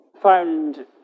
found